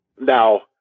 Now